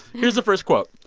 here's the first quote.